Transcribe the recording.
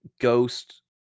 ghost